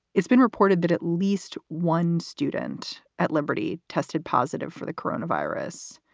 it's been reported that at least one student at liberty tested positive for the corona virus.